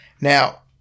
Now